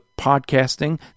podcasting